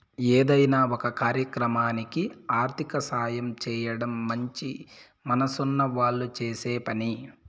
ఏదైనా ఒక కార్యక్రమానికి ఆర్థిక సాయం చేయడం మంచి మనసున్న వాళ్ళు చేసే పని